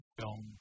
film